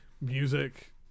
music